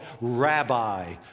rabbi